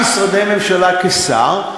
שישה משרדי ממשלה כשר.